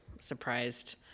surprised